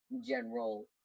general